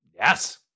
yes